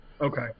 Okay